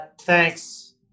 Thanks